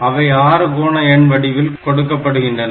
அவை ஆறுகோண எண் வடிவில் கொடுக்கப்படுகின்றன